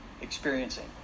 experiencing